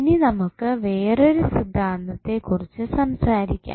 ഇനി നമുക്ക് വേറൊരു സിദ്ധാന്തത്തെക്കുറിച്ച് സംസാരിക്കാം